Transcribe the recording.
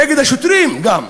נגד השוטרים גם,